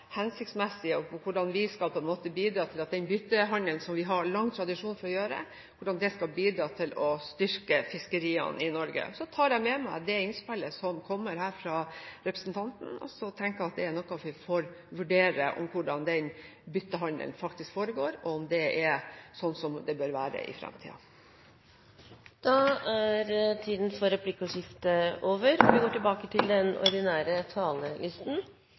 hensiktsmessig, og hvordan vi skal bidra til at den byttehandelen som vi har lang tradisjon for å drive med, skal bidra til å styrke fiskeriene i Norge. Jeg tar med meg innspillet fra representanten, og så tenker jeg at vi får vurdere hvordan byttehandelen faktisk foregår, og om det er sånn som det bør være i fremtiden. Replikkordskiftet er omme. Trygdeeksport kan komme til å bli en trussel mot våre velferdsordninger. Retten til